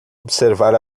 observar